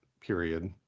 period